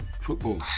football